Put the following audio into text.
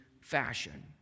fashion